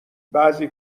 بعضی